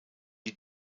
die